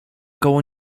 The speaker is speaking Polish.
koło